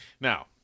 Now